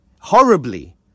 Horribly